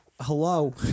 hello